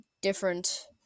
different